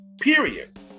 Period